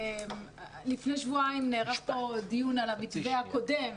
לפני שבועיים נערך כאן דיון על המתווה הקודם